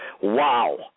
Wow